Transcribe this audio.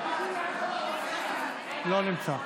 לא נמצא,